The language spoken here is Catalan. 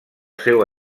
seu